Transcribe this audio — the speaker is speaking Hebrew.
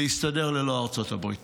להסתדר ללא ארצות הברית.